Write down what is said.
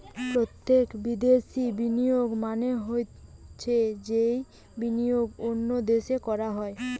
প্রত্যক্ষ বিদ্যাশি বিনিয়োগ মানে হৈছে যেই বিনিয়োগ অন্য দেশে করা হয়